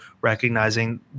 recognizing